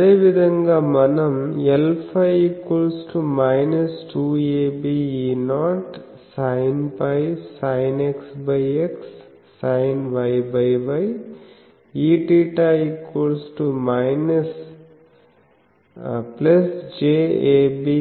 అదేవిధంగా మనం Lφ 2abE0sinφsinXXsinYY EθjabkE0e jkr2πrsinφsinXXsinYY EφjabkE0e